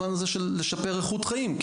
במובן הזה של לשפר איכות חיים,